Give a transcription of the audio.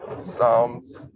Psalms